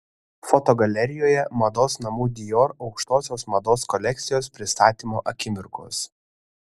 fotogalerijoje mados namų dior aukštosios mados kolekcijos pristatymo akimirkos